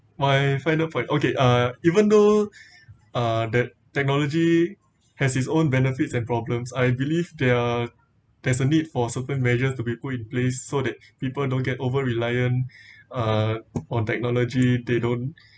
my final point okay uh even though uh that technology has its own benefits and problems I believe there are there's a need for certain measure to be put in place so that people don't get over reliant on technology they don't